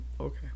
okay